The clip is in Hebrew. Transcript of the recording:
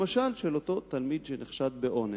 למשל של אותו תלמיד שנחשד באונס,